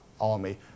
army